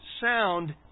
sound